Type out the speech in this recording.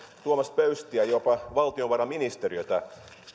tuomas pöystiä jopa valtiovarainministeriötä